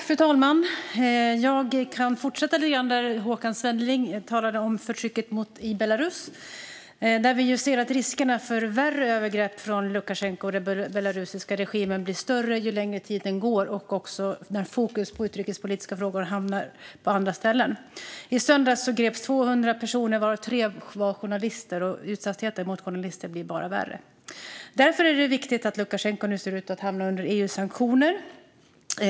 Fru talman! Jag kan fortsätta med det Håkan Svenneling talade om - förtrycket i Belarus, där vi ser att risken för värre övergrepp från Lukasjenko och den belarusiska regimen blir större ju längre tiden går och även när fokus i utrikespolitiska frågor hamnar på andra ställen. I söndags greps 200 personer, av vilka 3 var journalister, och journalisters utsatthet blir bara värre. Därför är det bra att Lukasjenko nu ser ut att hamna under EU-sank-tioner.